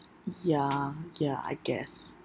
ya ya I guess